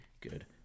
good